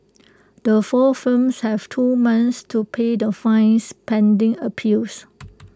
the four firms have two months to pay the fines pending appeals